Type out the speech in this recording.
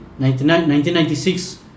1996